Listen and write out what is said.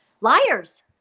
Liars